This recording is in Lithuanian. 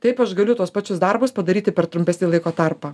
taip aš galiu tuos pačius darbus padaryti per trumpesnį laiko tarpą